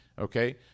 Okay